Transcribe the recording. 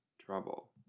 trouble